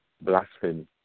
Blasphemy